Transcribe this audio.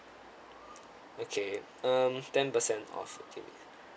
okay um ten percent off okay